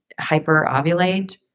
hyperovulate